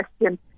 question